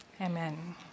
Amen